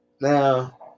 Now